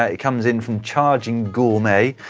ah it comes in from charginggourmet,